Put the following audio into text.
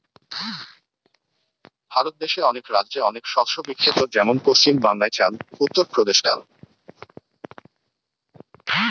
ভারত দেশে অনেক রাজ্যে অনেক শস্য বিখ্যাত যেমন পশ্চিম বাংলায় চাল, উত্তর প্রদেশে ডাল